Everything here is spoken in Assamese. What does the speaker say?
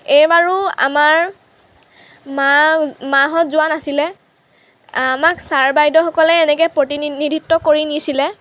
এইবাৰো আমাৰ মা মাহঁত যোৱা নাছিলে আমাক ছাৰ বাইদেউহঁতে এনেকৈ প্ৰতিনিধিত্ব কৰি নিছিলে